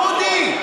דודי,